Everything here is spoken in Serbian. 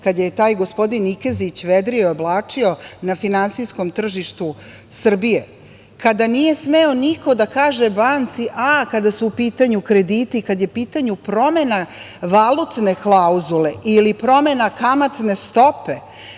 kada je taj gospodin Nikezić vedrio i oblačio na finansijskom tržištu Srbije, kada nije smeo niko banci da kaže „A“, kada su u pitanju krediti i kada je u pitanju promena valutne klauzule ili promena kamatne stope,